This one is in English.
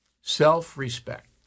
Self-respect